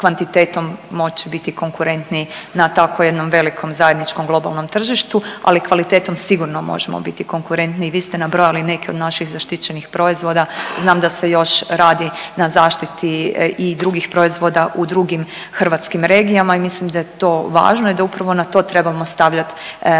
kvantitetom moći biti konkurentni na tako jednom velikom zajedničkom globalnom tržištu, ali kvalitetom sigurno možemo biti konkurentni i vi ste nabrojali neke od naših zaštićenih proizvoda, znam da se još radi na zaštiti i drugih proizvoda u drugim hrvatskim regijama i mislim da je to važno i da upravo na to trebamo stavljati